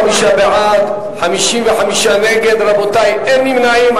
35 בעד, 55 נגד, אין נמנעים.